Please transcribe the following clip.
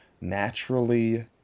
naturally